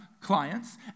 clients